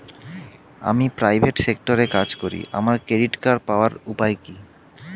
আমি প্রাইভেট সেক্টরে কাজ করি আমার ক্রেডিট কার্ড পাওয়ার উপায় কি?